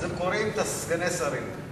אז הם קורעים את סגני השרים.